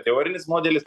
teorinis modelis